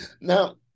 Now